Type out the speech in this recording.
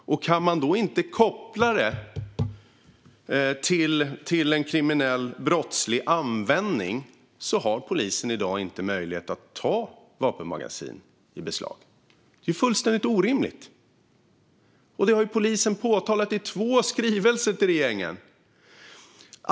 Kan polisen då inte koppla dem till någon brottslig användning har polisen i dag inte möjlighet att ta vapenmagasin i beslag. Det är ju fullständigt orimligt! Detta har polisen påtalat i två skrivelser till regeringen.